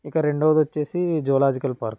ఇక రెండోవది వచ్చేసి జులాజికల్ పార్క్